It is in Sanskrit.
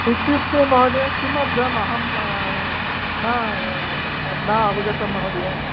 इत्युक्ते महोदय किमर्थम् अहं न न अवगतं महोदय